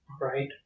Right